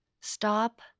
Stop